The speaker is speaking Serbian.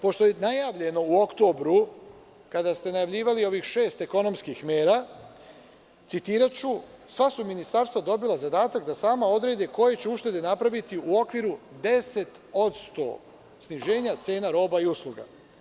Pošto je najavljeno u oktobru, kada ste najavljivali ovih šest ekonomskih mera, citiraću – sva su ministarstva dobila zadatak da sama odrede koje će uštede napraviti u okviru 10% sniženja cena roba i usluga.